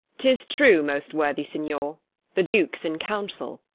tis true, most worthy signior the duke's in council,